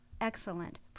excellent